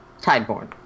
Tideborn